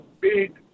big